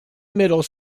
middle